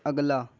اگلا